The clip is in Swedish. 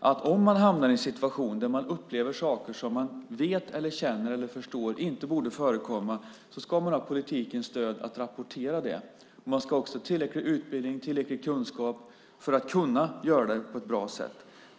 Om man hamnar i en situation där man upplever saker som man vet, känner eller förstår inte borde förekomma ska man ha politikens stöd att rapportera det. Man ska också ha tillräcklig utbildning och tillräcklig kunskap för att kunna göra det på ett bra sätt.